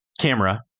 camera